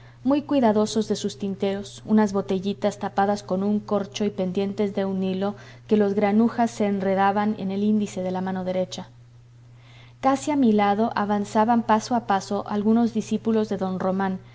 muy cuidadosos de sus tinteros unas botellitas tapadas con un corcho y pendientes de un hilo que los granujas se enredaban en el índice de la mano derecha casi a mi lado avanzaban paso a paso algunos discípulos de don román